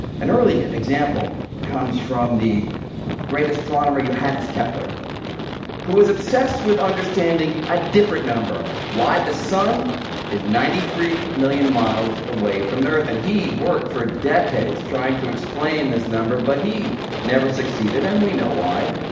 an early example comes from the great astronomer johannes kepler who was obsessed with understanding a different number why the sun is ninety three million miles away from the earth. and he worked for decades trying to explain this number, but he never succeeded, and we know why.